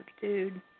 dude